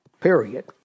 period